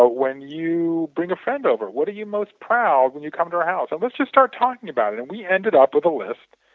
ah when you bring a friend over, what are you most proud when you come to our house? and we just start talking about it and we ended up with a list.